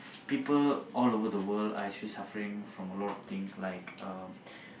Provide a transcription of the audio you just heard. people all over the world are actually suffering from a lot of things like um